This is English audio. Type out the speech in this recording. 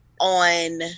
on